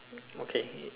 okay